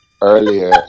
earlier